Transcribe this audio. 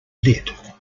lit